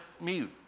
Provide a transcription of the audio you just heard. mute